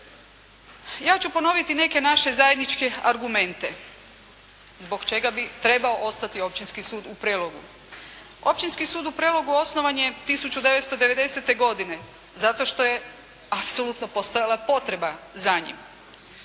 Ja ću ponoviti neke naše zajedničke argumente, zbog čega bi trebao ostati Općinski sud u Prelogu. Općinski sud u Prelogu osnovan je 1990. godine, zato što je apsolutno postojala potreba za njim.